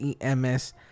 EMS